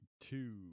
two